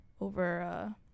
Over